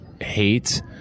hate